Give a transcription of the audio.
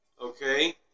okay